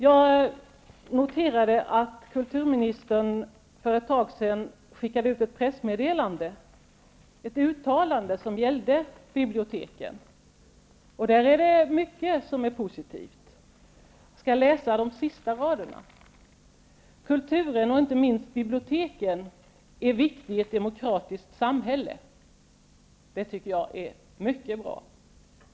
Jag noterade att kulturministern för ett tag sedan skickade ut ett pressmeddelande med ett uttalande om biblioteken. Där anfördes mycket som är positivt. På de sista raderna framhölls att kulturen och inte minst biblioteken är viktiga i ett demokratiskt samhälle. Det tycker jag är mycket bra.